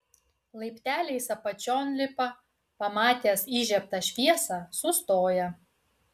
laipteliais apačion lipa pamatęs įžiebtą šviesą sustoja